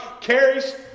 carries